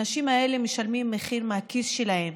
האנשים האלה משלמים מחיר מהכיס שלהם,